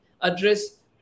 address